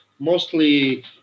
Mostly